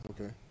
Okay